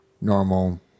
normal